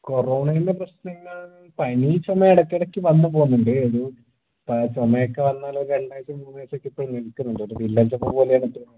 കോറോണൻ്റെ പ്രശ്നങ്ങൾ പനി ചുമ ഇടക്കിടയ്ക്ക് വന്നു പോകുന്നുണ്ട് ചുമയൊക്കെ വന്നാൽ ഒരു രണ്ടാഴ്ച മൂന്നാഴ്ചയൊക്കെ ഇപ്പം നിക്കുന്നുണ്ട് ഒരു വില്ലൻചുമ പോലെയാണ് ഇപ്പം